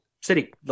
city